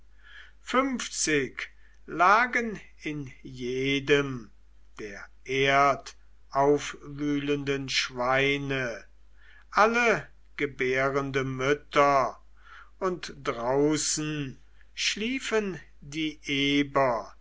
fünfzig lagen in jedem der erdaufwühlenden schweine alle gebärende mütter und draußen schliefen die eber